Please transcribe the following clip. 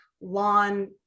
lawn